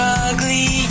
ugly